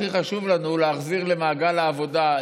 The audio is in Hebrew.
הכי חשוב לנו זה להחזיר למעגל העבודה,